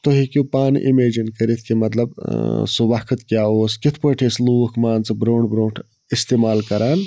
تُہۍ ہیٚکِو پانہٕ اِمیجِن کٔرِتھ کہِ مطلب سُہ وقت کیٛاہ اوس کِتھٕ پٲٹھۍ ٲسۍ لوٗکھ مان ژٕ برٛونٛٹھ برٛونٛٹھ اِستعمال کَران